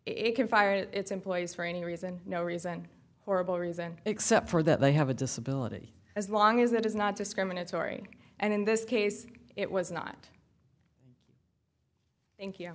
it can fire its employees for any reason no reason orrible reason except for that they have a disability as long as it is not discriminatory and in this case it was not thank y